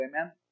Amen